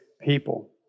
people